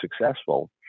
successful